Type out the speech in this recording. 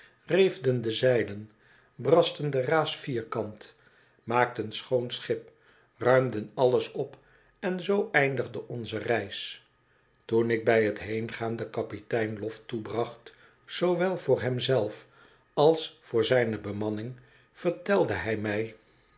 de zeilen brasten de raas vierkant maakten schoon schip ruimden alles op en zoo eindigde onze reis toen ik bij het heengaan den kapitein lof toebracht zoowel voor hem zelf als voor zijne bemanning vertelde hij my